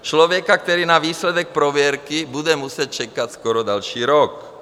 Člověka, který na výsledek prověrky bude muset čekat skoro další rok.